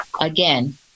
Again